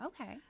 okay